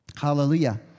Hallelujah